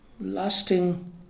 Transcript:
lasting